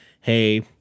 hey